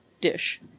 dish